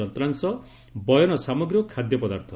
ଯନ୍ତ୍ରାଂଶ ବୟନ ସାମଗ୍ରୀ ଓ ଖାଦ୍ୟ ପଦାର୍ଥ